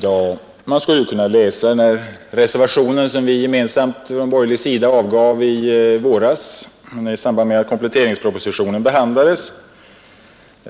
Men man kan läsa den reservation som vi gemensamt från borgerligt håll avgav i våras i samband med att kompletteringspropositionen behandlades.